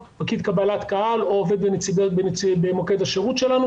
פקיד קבלת קהל או עובד במוקד השירות שלנו